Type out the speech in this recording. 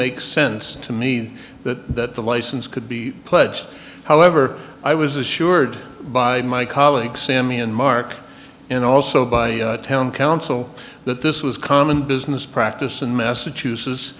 make sense to me that the license could be pledged however i was assured by my colleagues sammy and mark and also by town council that this was common business practice in massachusetts